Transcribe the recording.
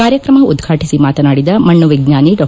ಕಾರ್ಯಕ್ರಮ ಉದ್ಘಾಟಿಸಿ ಮಾತನಾಡಿದ ಮಣ್ಣು ಎಜ್ಜಾನಿ ಡಾ